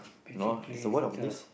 no ah it's world of this